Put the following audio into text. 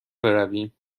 برویم